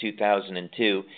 2002